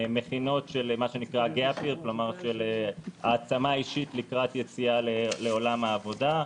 מכינות של העצמה אישית לקראת יציאה לעולם העבודה,